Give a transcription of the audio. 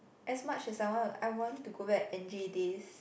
as much as I want I want to go back N_J days